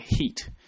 heat